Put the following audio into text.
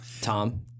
Tom